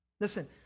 Listen